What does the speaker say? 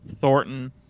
Thornton